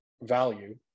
value